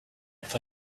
for